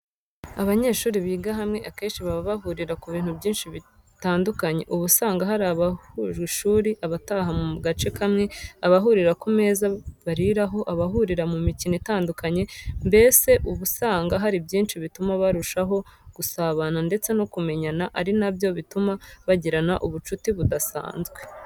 Abanyeshuri biga hamwe akenshi baba bahurira ku bintu byinshi bitandukanye. Uba usanga hari abshuje ishuri, abataha mu gace kamwe, abahurira ku meza bariraho, abahurira mu mikino itandukanye mbese uba usanga hari byinshi bituma barushsho gusabana ndetse no kumenyana ari nabyo bituma bagirana ubushuti budasanzwe.